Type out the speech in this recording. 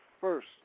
first